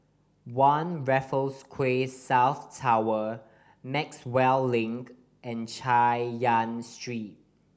One Raffles Quay South Tower Maxwell Link and Chay Yan Street